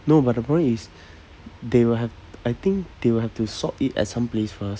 no but the problem is they will have I think they will have to sort it at some place first